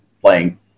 playing